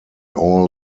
all